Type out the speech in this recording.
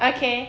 okay